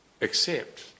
accept